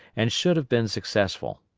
and should have been successful.